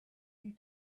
you